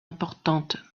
importante